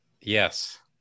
Yes